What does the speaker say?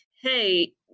hey